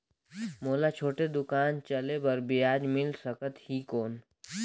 मोला छोटे दुकान चले बर ब्याज मिल सकत ही कौन?